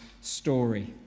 story